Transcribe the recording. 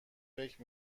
فکر